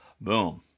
boom